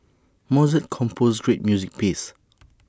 Mozart composed great music pieces